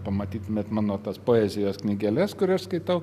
pamatyt net mano tas poezijos knygeles kur aš skaitau